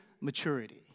maturity